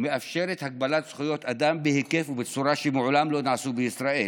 ומאפשרת הגבלת זכויות אדם בהיקף ובצורה שמעולם לא נעשו בישראל.